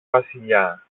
βασιλιά